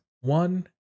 one